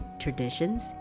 traditions